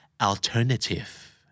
alternative